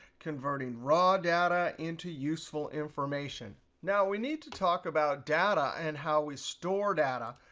converting raw data into useful information. now, we need to talk about data and how we store data.